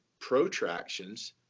protractions